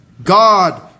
God